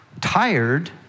tired